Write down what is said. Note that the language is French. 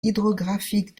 hydrographique